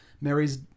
Mary's